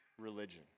religion